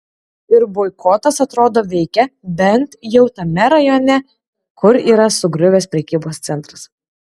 ir boikotas atrodo veikia bent jau tame rajone kur yra sugriuvęs prekybos centras